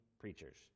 preachers